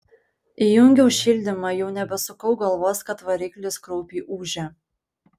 įjungiau šildymą jau nebesukau galvos kad variklis kraupiai ūžia